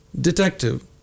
detective